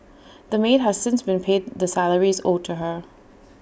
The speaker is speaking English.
the maid has since been paid the salaries owed to her